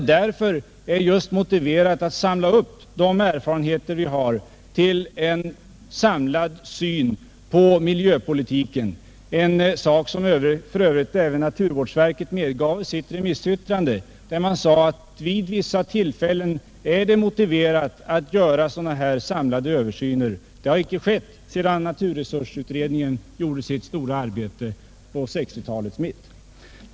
Just därför är det motiverat att föra ihop de erfarenheter vi har till en samlad syn på miljöpolitiken — en sak som för övrigt även naturvårdsverket medgav i sitt remissyttrande. Naturvårdsverket uttalade att vid vissa tillfällen är det motiverat att göra sådana här samlade översyner — det har icke skett sedan naturresursutredningen gjorde sitt stora arbete vid 1960—talets mitt.